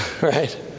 Right